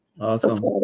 Awesome